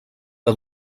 que